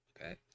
Okay